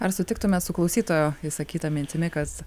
ar sutiktumėt su klausytojo išsakyta mintimi kad